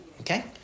Okay